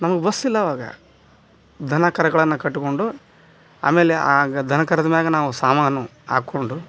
ನಮ್ಗೆ ಬಸ್ಸಿಲ್ಲ ಆವಾಗ ದನ ಕರಗಳನ್ನ ಕಟ್ಗೊಂಡು ಆಮೇಲೆ ಆ ದನ ಕರದ ಮ್ಯಾಗ ನಾವು ಸಾಮಾನು ಹಾಕ್ಕೊಂಡು